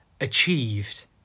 achieved